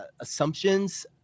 assumptions